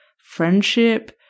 friendship